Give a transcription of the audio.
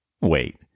wait